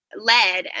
led